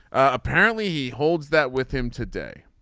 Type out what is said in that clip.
apparently he holds that with him today.